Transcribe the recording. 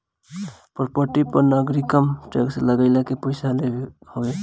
property पअ नगरनिगम tax लगाइ के पईसा लेत हवे